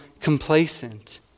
complacent